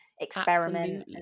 experiment